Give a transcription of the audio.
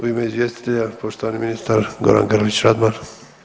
U ime izvjestitelja poštovani ministar Gordan Grlić Radman.